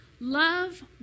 Love